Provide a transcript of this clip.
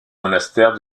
monastère